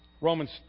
Romans